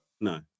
no